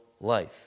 life